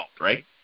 right